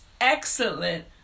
excellent